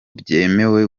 byemewe